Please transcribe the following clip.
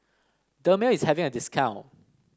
dermale is having a discount